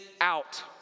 out